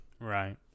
Right